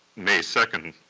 may second